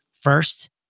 first